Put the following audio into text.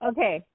Okay